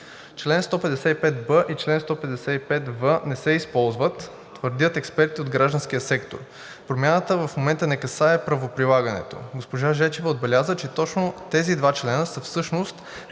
Член 155б и чл. 155в не се използват – твърдят експерти от гражданския сектор. Промяната в момента не касае правоприлагането. Госпожа Жечева отбеляза, че точно тези два члена са всъщност